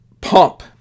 pump